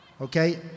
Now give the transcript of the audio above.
Okay